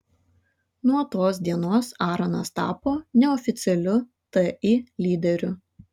nuo tos dienos aronas tapo neoficialiu ti lyderiu